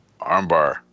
Armbar